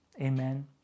Amen